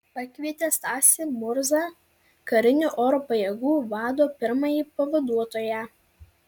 pakvietė stasį murzą karinių oro pajėgų vado pirmąjį pavaduotoją